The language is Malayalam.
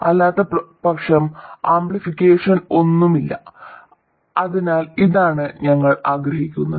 അല്ലാത്തപക്ഷം ആംപ്ലിഫിക്കേഷൻ ഒന്നുമില്ല അതിനാൽ ഇതാണ് ഞങ്ങൾ ആഗ്രഹിക്കുന്നത്